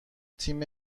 تیم